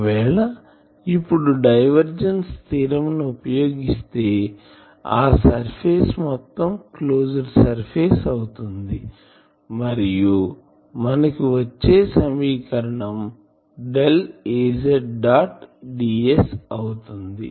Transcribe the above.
ఒకవేళ ఇప్పుడు divergence theorem ని ఉపయోగిస్తే ఆ సర్ఫేస్ మొత్తం క్లోస్డ్ సర్ఫేస్ అవుతుంది మరియు మనకు వచ్చే సమీకరణం డెల్ Az డాట్ ds అవుతుంది